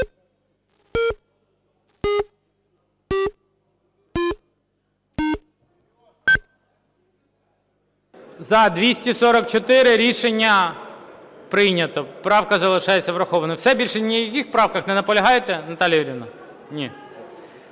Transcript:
За-244 Рішення прийнято. Правка залишається врахованою. Все, більше не на яких правках не наполягаєте, Наталія Юріївна? Ні.